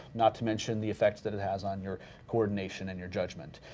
not to mention the effect that it has on your coordination and your judgment.